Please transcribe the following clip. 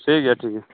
ᱴᱷᱤᱠ ᱜᱮᱭᱟ ᱴᱷᱤᱠ ᱜᱮᱭᱟ